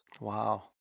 Wow